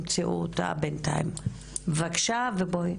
שלום,